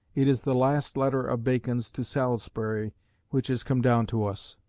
it is the last letter of bacon's to salisbury which has come down to us.